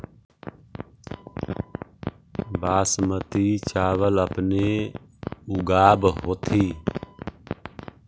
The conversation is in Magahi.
बासमती चाबल अपने ऊगाब होथिं?